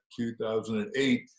2008